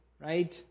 right